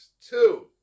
Two